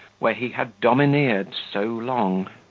where he had domineered so long.